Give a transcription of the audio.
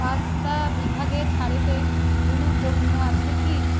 pasta বিভাগে ছাড়েতে কোনও পণ্য আছে কি